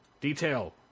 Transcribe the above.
detail